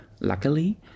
luckily